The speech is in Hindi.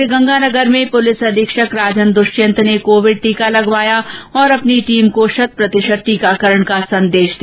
श्रीगंगानगर में पूलिस अधीक्षक राजन दृष्यंत ने कोविड टीका लगवाया और अपनी टीम को शतप्रतिशत टीकाकण का संदेश दिया